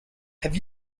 have